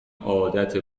عادت